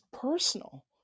personal